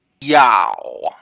Yow